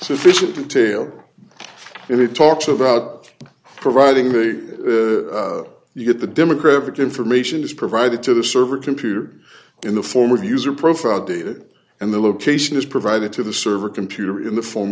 sufficient detail and it talks about providing you get the demographic information is provided to the server computer in the form of user profile data and the location is provided to the server computer in the form